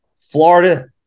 Florida